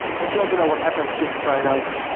and if you want to know what happens, just try it out.